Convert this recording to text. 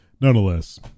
nonetheless